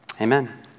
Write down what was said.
Amen